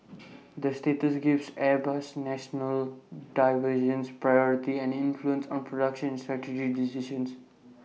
that status gives Airbus's national divisions priority and influence on production and strategy decisions